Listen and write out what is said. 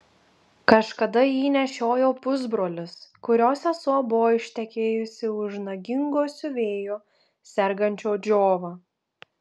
kažkada jį nešiojo pusbrolis kurio sesuo buvo ištekėjusi už nagingo siuvėjo sergančio džiova